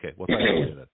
okay